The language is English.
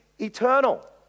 eternal